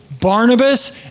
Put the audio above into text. Barnabas